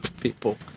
people